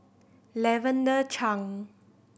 Lavender Chang